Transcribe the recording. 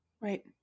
Right